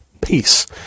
peace